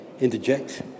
interject